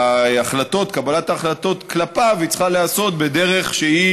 וקבלת ההחלטות כלפיו צריכה להיעשות בדרך שהיא